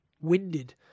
winded